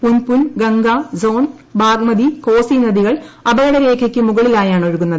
പുൻപുൻ ഗംഗ സോൺ ബാഗ്മതി കോസി നദികൾ അപകടമേഖലയ്ക്ക് മുകളിലായാണ് ഒഴുകുന്നത്